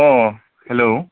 अ hello